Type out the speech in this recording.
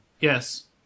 Yes